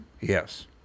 Yes